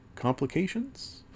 complications